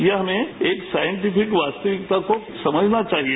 ये हमें एक साइंटिफिक वास्तविकता को समझना चाहिए